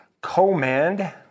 command